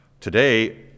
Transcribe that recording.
Today